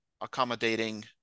accommodating